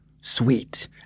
Sweet